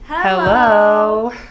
Hello